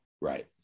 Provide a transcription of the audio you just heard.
Right